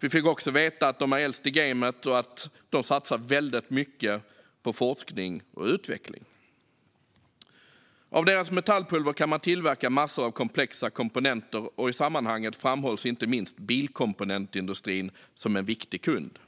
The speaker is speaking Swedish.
Vi fick också veta att de är äldst i gamet och att de satsar väldigt mycket på forskning och utveckling. Av deras metallpulver kan man tillverka massor av komplexa komponenter. I sammanhanget framhålls inte minst bilkomponentindustrin som en viktig kund.